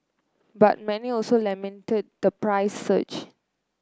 but many also lamented the price surge